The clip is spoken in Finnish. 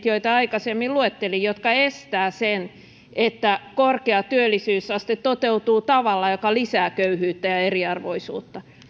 joita aikaisemmin luettelin jotka estävät sen että korkea työllisyysaste toteutuu tavalla joka lisää köyhyyttä ja ja eriarvoisuutta